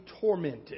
tormented